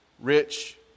rich